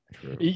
true